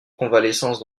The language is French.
convalescence